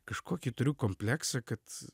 kažkokį turiu kompleksą kad